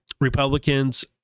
Republicans